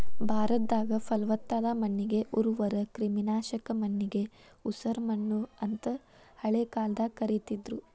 ಭಾರತದಾಗ, ಪಲವತ್ತಾದ ಮಣ್ಣಿಗೆ ಉರ್ವರ, ಕ್ರಿಮಿನಾಶಕ ಮಣ್ಣಿಗೆ ಉಸರಮಣ್ಣು ಅಂತ ಹಳೆ ಕಾಲದಾಗ ಕರೇತಿದ್ರು